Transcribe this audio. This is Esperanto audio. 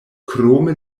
krome